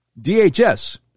DHS